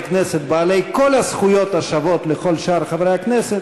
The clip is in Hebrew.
כנסת בעלי כל הזכויות השוות לכל שאר חברי הכנסת,